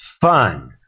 fun